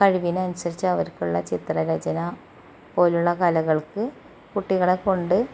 കഴിവിനനുസരിച്ച് അവർക്കുള്ള ചിത്ര രചന പോലുള്ള കലകൾക് കുട്ടികളെക്കൊണ്ട്